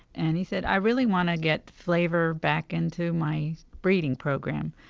and he said, i really want to get flavor back into my breeding program.